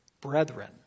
brethren